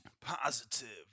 Positive